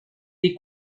des